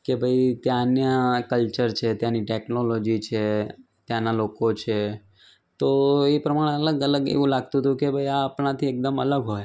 કે ભાઈ ત્યાંના કલ્ચર છે ત્યાંની ટેકનોલોજી છે ત્યાંનાં લોકો છે તો એ પ્રમાણે અલગ અલગ એવું લાગતું હતુ કે ભાઈ આ આપણાથી એકદમ અલગ હોય